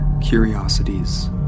curiosities